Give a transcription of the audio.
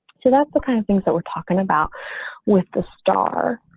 so that's the kind of things that we're talking about with the star.